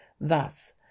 Thus